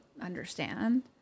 understand